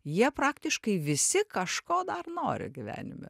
jie praktiškai visi kažko dar nori gyvenime